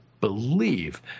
believe